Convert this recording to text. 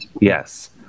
Yes